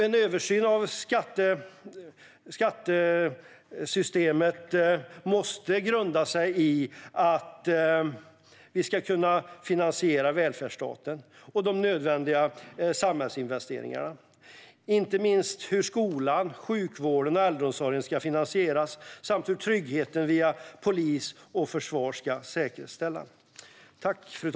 En översyn av skattesystemet måste grunda sig i att vi ska kunna finansiera välfärdsstaten och de nödvändiga samhällsinvesteringarna. Inte minst skolan, sjukvården och äldreomsorgen ska finansieras, och tryggheten via polis och försvar ska säkerställas.